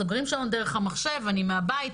סוגרים שעון דרך המחשב אני מהבית,